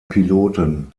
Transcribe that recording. piloten